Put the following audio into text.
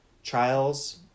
Trials